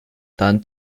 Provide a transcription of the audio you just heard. dann